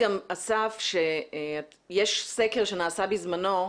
יש סקר שנעשה בזמנו,